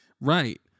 Right